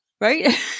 Right